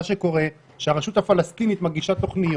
מה שקורה, הרשות הפלסטינית מגישה תוכניות,